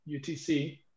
UTC